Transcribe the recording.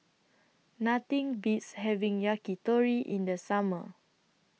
Nothing Beats having Yakitori in The Summer